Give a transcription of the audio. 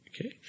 Okay